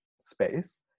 space